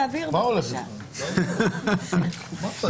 מה הצרכים,